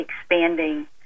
expanding